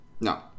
no